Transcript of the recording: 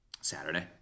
Saturday